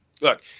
look